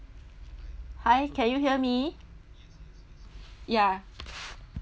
hi can you hear me ya